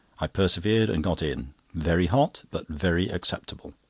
i persevered, and got in very hot, but very acceptable.